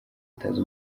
atazi